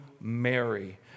Mary